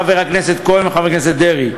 חבר הכנסת כהן וחבר הכנסת דרעי,